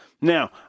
Now